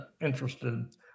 interested